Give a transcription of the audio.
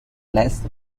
less